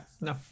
No